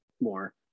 more